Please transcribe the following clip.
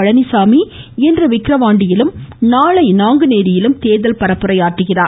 பழனிசாமி இன்று விக்கிரவாண்டியிலும் நாளை நாங்குநேரியிலும் தேர்தல் பரப்புரையாற்றுகிறார்